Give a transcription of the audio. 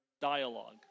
dialogue